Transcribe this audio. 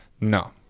No